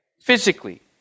physically